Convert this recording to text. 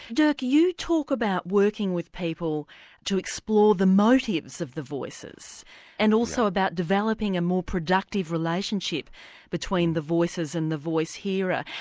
dirk, you talk about working with people to explore the motives of the voices and also about developing a more productive relationship between the voices and the voice hearer.